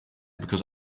because